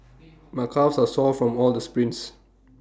my calves are sore from all the sprints